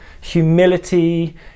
Humility